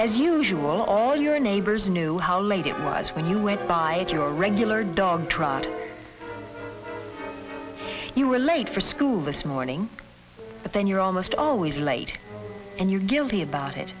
as usual all your neighbors knew how late it was when you went by your regular dog trot you were late for school this morning but then you're almost always late and you're guilty about it